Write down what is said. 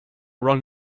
ron